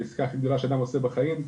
העיסקה הכי גדולה שאדם עושה בחיים,